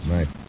Right